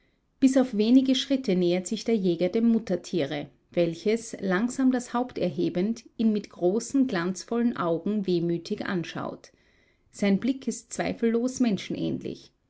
bis auf wenige schritte nähert sich der jäger dem muttertiere welches langsam das haupt erhebend ihn mit großen glanzvollen äugen wehmütig anschaut sein blick ist zweifellos menschenähnlich